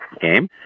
game